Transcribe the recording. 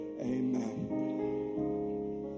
Amen